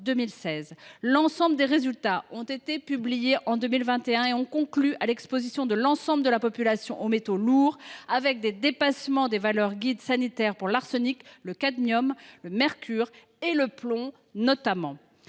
L’ensemble des résultats ont été publiés en 2021 : ils ont conclu à l’exposition de l’ensemble de la population française aux métaux lourds, avec des dépassements des valeurs guides sanitaires pour l’arsenic, le cadmium, le mercure et le plomb, entre